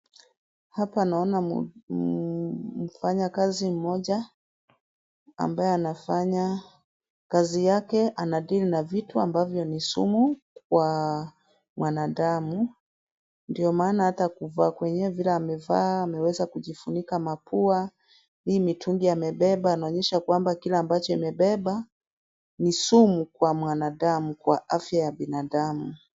Hapa naona mfanya kazi mmoja ambaye anafanya kazi yake. Anadeal na vitu ambavyo ni sumu kwa mwanadamu ndio maana hata kuvaa kwenyewe vile amevaa ameweza kujifunika mapua. Hii mitungi amebeba anaonyesha kwamba kile ambacho amebeba ni sumu kwa mwanadamu kwa afya ya binadamu.